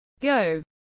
go